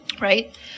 Right